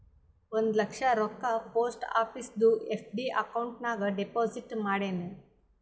ಒಂದ್ ಲಕ್ಷ ರೊಕ್ಕಾ ಪೋಸ್ಟ್ ಆಫೀಸ್ದು ಎಫ್.ಡಿ ಅಕೌಂಟ್ ನಾಗ್ ಡೆಪೋಸಿಟ್ ಮಾಡಿನ್